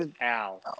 Al